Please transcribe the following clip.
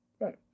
Right